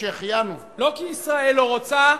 לא כי ישראל לא רוצה,